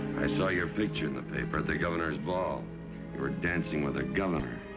saw your picture in the paper at the governor's ball. you were dancing with the governor.